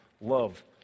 love